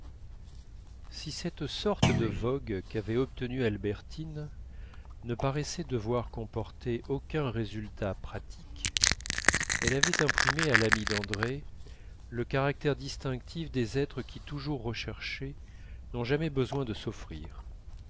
si cette sorte de vogue qu'avait obtenue albertine ne paraissait devoir comporter aucun résultat pratique elle avait imprimé à l'amie d'andrée le caractère distinctif des êtres qui toujours recherchés n'ont jamais besoin de s'offrir